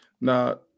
Now